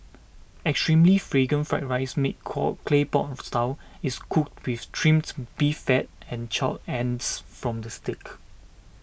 extremely Fragrant Fried Rice made call clay pot of style is cooked with Trimmed Beef Fat and charred ends from the steak